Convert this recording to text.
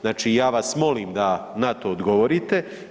Znači ja vas molim da na to odgovorite.